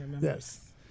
Yes